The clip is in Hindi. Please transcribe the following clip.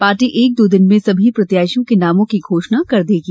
पार्टी एक दो दिन में सभी प्रत्याशियों के नामों की घोषणा कर देगी